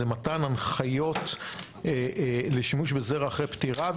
זה מתן הנחיות לשימוש בזרע אחרי פטירה,